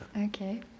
Okay